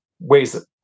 ways